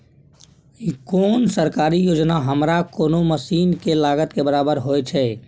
कोन सरकारी योजना हमरा कोनो मसीन के लागत के बराबर होय छै?